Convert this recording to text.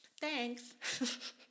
Thanks